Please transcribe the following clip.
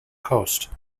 coast